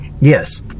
yes